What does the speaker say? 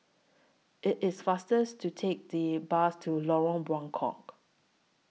IT IS fasters to Take The Bus to Lorong Buangkok